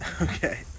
Okay